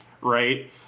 right